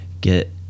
get